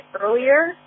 earlier